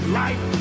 life